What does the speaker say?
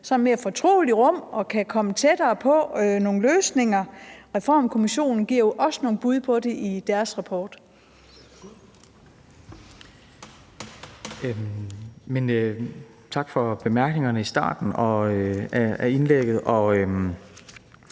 et sådan mere fortroligt rum, så vi kan komme tættere på nogle løsninger? Reformkommissionen giver jo også nogle bud på det i deres rapport. Kl. 21:58 Fjerde næstformand